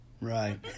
Right